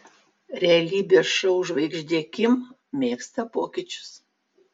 realybės šou žvaigždė kim mėgsta pokyčius